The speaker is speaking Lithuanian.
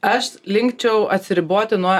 aš linkčiau atsiriboti nuo